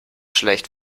schlecht